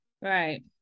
Right